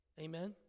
Amen